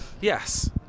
Yes